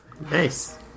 Nice